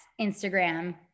Instagram